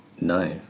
no